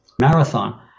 marathon